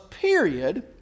period